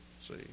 See